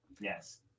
Yes